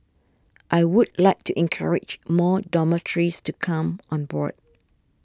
I would like to encourage more dormitories to come on board